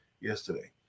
yesterday